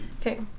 Okay